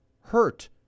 hurt